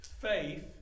faith